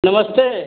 नमस्ते